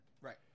Right